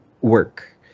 work